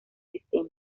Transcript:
sistema